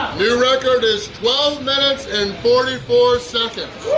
new record is twelve minutes and forty four seconds!